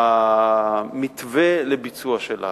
המתווה לביצוע שלה.